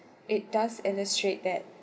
it does illustrate that